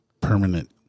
permanent